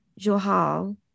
Johal